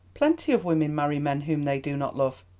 plenty of women marry men whom they do not love.